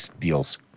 deals